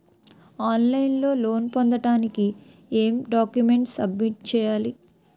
On line లో loan పొందటానికి ఎం డాక్యుమెంట్స్ సబ్మిట్ చేయాలి?